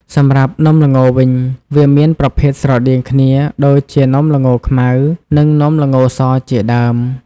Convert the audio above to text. សម្រាប់់នំល្ងវិញ វាមានប្រភេទស្រដៀងគ្នា ដូចជា នំល្ងខ្មៅ និងនំល្ងសជាដើម។